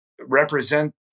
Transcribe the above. represent